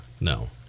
no